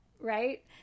right